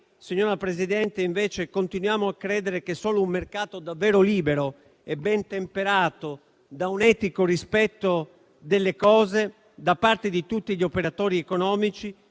Signora Presidente, noi invece continuiamo a credere che solo un mercato davvero libero e ben temperato da un etico rispetto delle cose da parte di tutti gli operatori economici